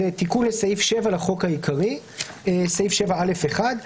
תיקון לסעיף 7 לחוק העיקרי, סעיף 7(א)(1).